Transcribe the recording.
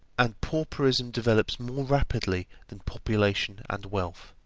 and pauperism develops more rapidly than population and wealth.